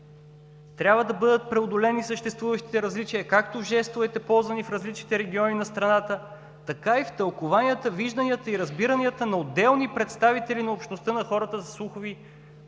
Трябва да бъдат преодолени съществуващите различия както в жестовете, ползвани в различните региони на страната, така и в тълкуванията, вижданията и разбиранията на отделни представители на общността на хората със слухови